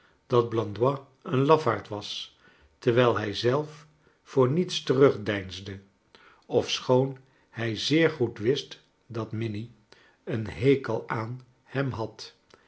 dat blandois een lafaard was terwiil hij zelf voor niets terugdeinsde ofschoon hij zeer goed wist dat minnie een hekel aan hem had